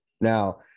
Now